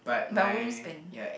but I wouldn't spend